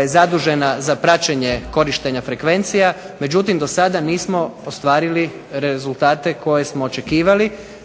je zadužena za praćenje korištenja frekvencija, međutim do sada nismo ostvarili rezultate koje smo očekivali.